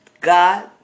God